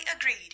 agreed